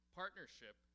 partnership